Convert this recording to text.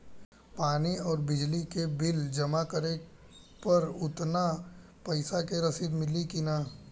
पानी आउरबिजली के बिल जमा कईला पर उतना पईसा के रसिद मिली की न?